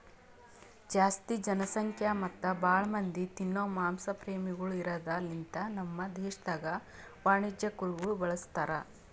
ಜಾಸ್ತಿ ಜನಸಂಖ್ಯಾ ಮತ್ತ್ ಭಾಳ ಮಂದಿ ತಿನೋ ಮಾಂಸ ಪ್ರೇಮಿಗೊಳ್ ಇರದ್ ಲಿಂತ ನಮ್ ದೇಶದಾಗ್ ವಾಣಿಜ್ಯ ಕುರಿಗೊಳ್ ಬಳಸ್ತಾರ್